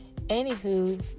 Anywho